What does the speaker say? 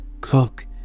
cook